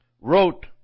wrote